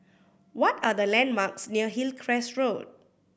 what are the landmarks near Hillcrest Road